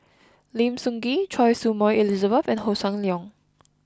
Lim Sun Gee Choy Su Moi Elizabeth and Hossan Leong